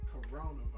coronavirus